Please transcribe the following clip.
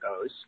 goes